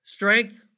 Strength